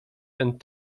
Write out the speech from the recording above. and